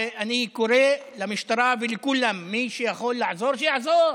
ואני קורא למשטרה ולכולם: מי שיכול לעזור, שיעזור.